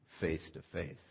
face-to-face